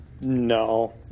No